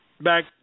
back